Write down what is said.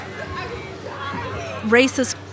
racist